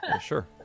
Sure